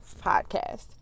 Podcast